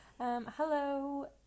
Hello